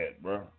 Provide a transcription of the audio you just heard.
bro